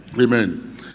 Amen